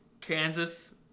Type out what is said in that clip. Kansas